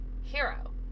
hero